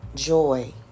Joy